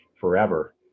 forever